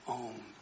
own